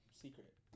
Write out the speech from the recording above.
secret